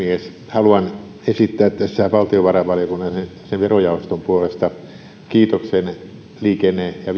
haluan esittää tässä valtiovarainvaliokunnan verojaoston puolesta kiitoksen liikenne ja